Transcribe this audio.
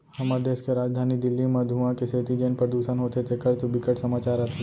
हमर देस के राजधानी दिल्ली म धुंआ के सेती जेन परदूसन होथे तेखर तो बिकट समाचार आथे